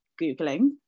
googling